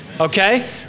Okay